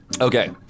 Okay